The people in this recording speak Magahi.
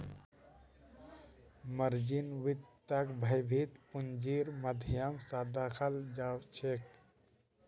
मार्जिन वित्तक भौतिक पूंजीर माध्यम स दखाल जाछेक